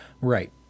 Right